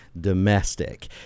domestic